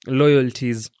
loyalties